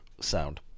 sound